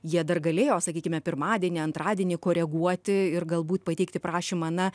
jie dar galėjo sakykime pirmadienį antradienį koreguoti ir galbūt pateikti prašymą na